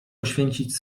poświęcić